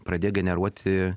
pradėjo generuoti